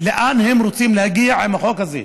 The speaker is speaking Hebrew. לאן הם רוצים להגיע עם החוק הזה,